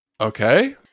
Okay